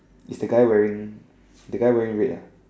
is the guy wearing the guy wearing red ah